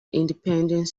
independent